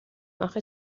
آخه